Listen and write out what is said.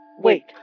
Wait